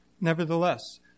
Nevertheless